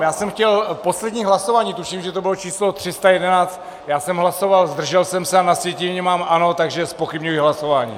Já jsem chtěl poslední hlasování, tuším, že to bylo číslo 311, já jsem hlasoval zdržel jsem se, a na sjetině mám ano, takže zpochybňuji hlasování.